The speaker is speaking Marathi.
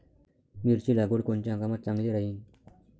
मिरची लागवड कोनच्या हंगामात चांगली राहीन?